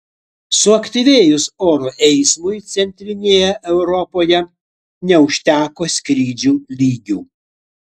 suaktyvėjus oro eismui centrinėje europoje neužteko skrydžių lygių